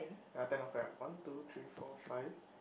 ya ten ah correct one two three four five